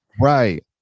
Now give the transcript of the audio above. Right